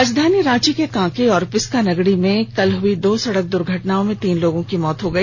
राजधानी रांची के कांके और पिस्कानगड़ी में कल हुई दो सड़क दुर्घटनाओं में तीन लोगों की मौत हो गई